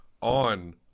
on